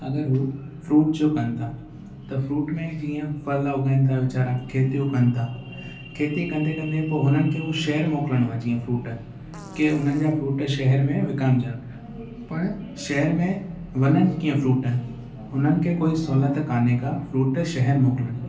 अगरि हू फ्रूट जो कनि था त फ्रूट में जीअं फल उगाइनि था वेचारा खेतियूं कनि था खेती कंदे कंदे पोइ उन्हनि खो हू शहर मोकिलिणो आहे जीअं फ्रूट खे उन्हनि जा फ्रूट शहर में विकामजनि पर शहर में वञनि कीअं फ्रूट उन्हनि खे कोई सहुलियत कान्हे का फ्रूट शहरु मोकिलणु